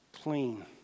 clean